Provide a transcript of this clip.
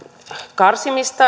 karsimiset